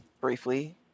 briefly